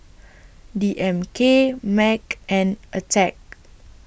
D M K Mac and Attack